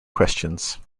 questions